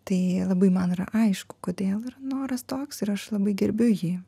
tai labai man yra aišku kodėl yra noras toks ir aš labai gerbiu jį